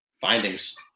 findings